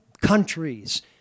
countries